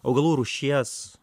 augalų rūšies